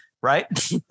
right